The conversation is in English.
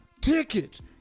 tickets